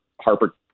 Harper